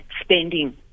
spending